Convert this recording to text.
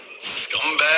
scumbag